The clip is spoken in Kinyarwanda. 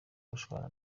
gushwana